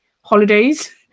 holidays